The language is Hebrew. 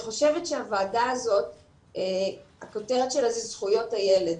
הכותרת של הוועדה הזאת היא זכויות הילד.